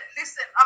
listen